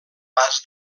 pas